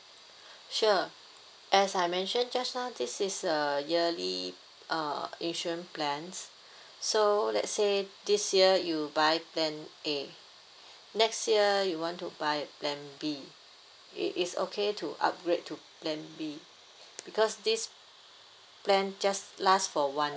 sure as I mentioned just now this is a yearly uh insurance plan so let's say this year you buy plan A next year you want to buy plan B it is okay to upgrade to plan B because this plan just last for one